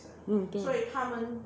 mm 对 ah